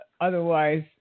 otherwise